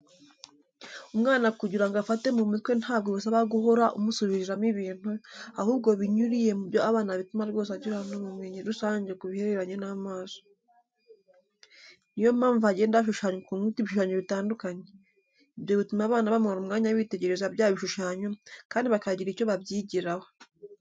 Umwana kugira ngo afate mu mutwe ntabwo bisaba guhora umusubiriramo ibintu, ahubwo binyuriye mu byo abona bituma rwose agira ubumenyi rusange ku bihereranye n'amaso. Ni yo mpamvu hagenda hashushanwa ku nkuta ibishushanyo bitandukanye. Ibyo bituma abana bamara umwanya bitegereza bya bishushanyo kandi bakagira icyo babyigiraho.